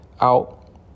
out